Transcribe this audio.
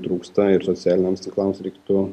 trūksta ir socialiniams tinklams reiktų